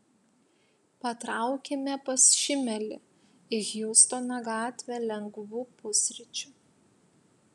patraukėme pas šimelį į hjustono gatvę lengvų pusryčių